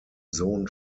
sohn